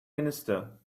minister